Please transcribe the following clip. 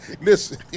Listen